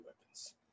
weapons